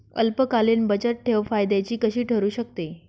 अल्पकालीन बचतठेव फायद्याची कशी ठरु शकते?